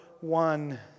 one